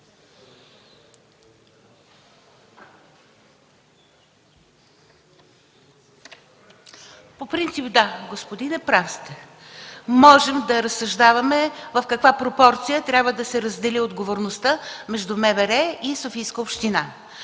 По принцип – да, господине, прав сте. Можем да разсъждаваме в каква пропорция трябва да се раздели отговорността между МВР и Софийската община.